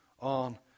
on